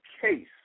case